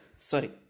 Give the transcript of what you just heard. Sorry